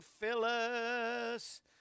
Phyllis